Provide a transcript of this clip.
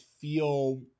feel